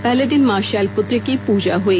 पहले दिन मां शैलपुत्री की पूजा हुई